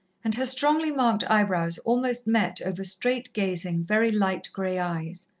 and her strongly-marked eyebrows almost met over straight-gazing, very light grey eyes.